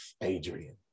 Adrian